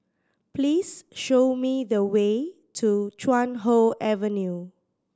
please show me the way to Chuan Hoe Avenue